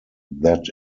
that